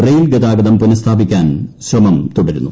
rail ഗതാഗതം പുനഃസ്ഥാപിക്കാൻ ശ്രമം തുടരുന്നു